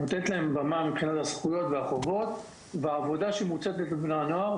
היא נותנת להם במה לגבי החובות והזכויות והעבודה שמוצעת לבני נוער.